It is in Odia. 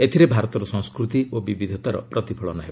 ଏଥିରେ ଭାରତର ସଂସ୍କୃତି ଓ ବିବିଧତାର ପ୍ରତିଫଳନ ହେବ